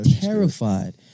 Terrified